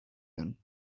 them